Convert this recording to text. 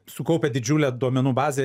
sukaupę didžiulę duomenų bazę